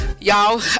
Y'all